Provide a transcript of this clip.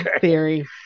theory